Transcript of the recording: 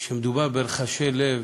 כשמדובר ברחשי לב